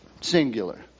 singular